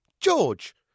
George